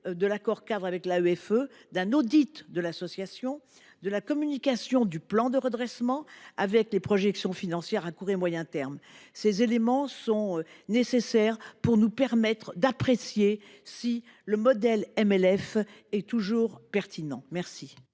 de l’accord cadre avec l’AEFE, d’un audit de l’association et de la communication d’un plan de redressement comportant des projections financières à court et moyen terme. Ces éléments sont nécessaires pour nous permettre d’apprécier si le modèle de la MLF est toujours pertinent. La